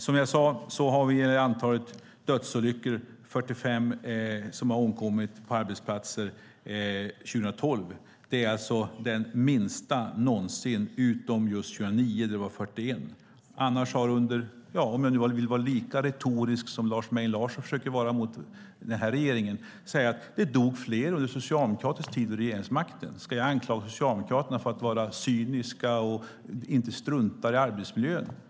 Som jag sade var det 45 som avled på arbetsplatsen 2012. Det är det minsta antalet någonsin bortsett från 2009 då det var 41. Vill jag vara lika retorisk som Lars Mejern Larsson försöker vara när det gäller denna regering kan jag säga att det dog fler under socialdemokratisk tid under makten. Ska jag då anklaga Socialdemokraterna för att vara cyniska och strunta i arbetsmiljön?